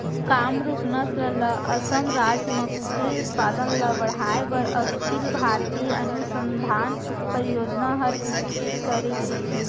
कामरूप नसल ल असम राज म कुकरी उत्पादन ल बढ़ाए बर अखिल भारतीय अनुसंधान परियोजना हर विकसित करे हे